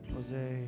Jose